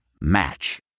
Match